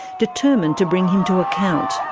determined to bring him to account.